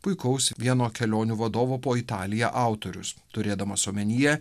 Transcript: puikaus vieno kelionių vadovo po italiją autorius turėdamas omenyje